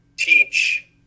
teach